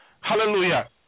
Hallelujah